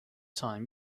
time